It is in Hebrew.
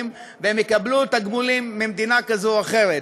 והם יקבלו תגמולים ממדינה כזו או אחרת.